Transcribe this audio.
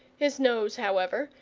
his nose, however,